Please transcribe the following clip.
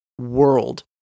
world